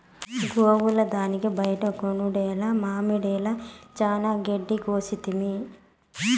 గోవుల దానికి బైట కొనుడేల మామడిల చానా గెడ్డి కోసితిమి